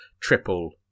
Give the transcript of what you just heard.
triple